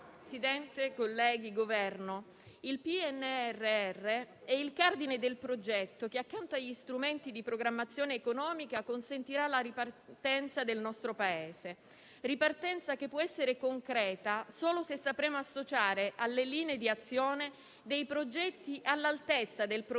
rappresentanti del Governo, il PNRR è il cardine del progetto che, accanto agli strumenti di programmazione economica, consentirà la ripartenza del nostro Paese. Una ripartenza che può essere concreta solo se sapremo associare alle linee di azione progetti all'altezza del programma